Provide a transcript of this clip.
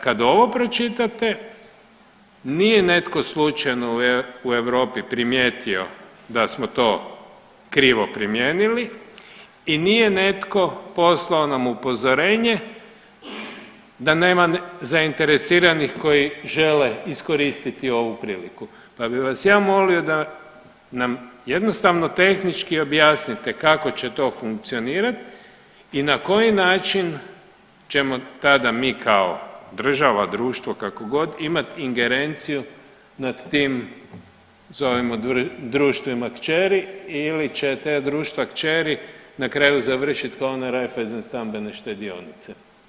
Kad ovo pročitate nije netko slučajno u Europi primijetio da smo to krivo primijenili i nije netko poslao nam upozorenje da nema zainteresiranih koji žele iskoristiti ovu priliku, pa bi vas ja molio da nam jednostavno tehnički objasnite kako će to funkcionirat i na koji način ćemo tada mi kao država, društvo, kako god imat ingerenciju nad tim zovimo društvima kćeri ili će te društva kćeri na kraju završit kao one Raiffeisen stambene štedionice.